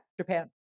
Japan